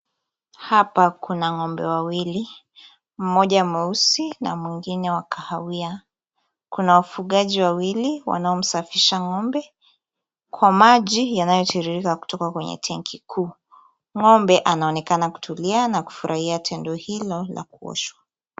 Hapa kuna ng'ombe wawili. Mmoja mweusi na mwingine wa kahawia. Kuna wafugaji wawili wanaomsafisha ng'ombe, kwa maji yanayotiririka kutoka kwenye tenki kuu. Ng'ombe anaonekana kutulia na kufurahia tendo hilo la kuoshwa.